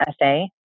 essay